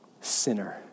sinner